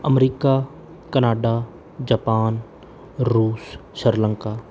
America Canada Japan ਰੂਸ ਸ਼੍ਰਲੰਕਾ